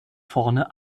vorne